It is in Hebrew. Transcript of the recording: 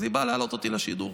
אז היא באה להעלות אותי לשידור.